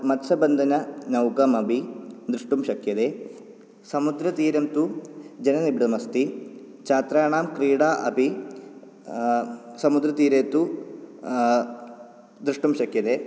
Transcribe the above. मत्स्यबन्दननौगमपि द्रष्टुं शक्यते समुद्रतीरं तु जननिबिडमस्ति छात्राणां क्रीडा अपि समुद्रतीरे तु द्रष्टुं शक्यते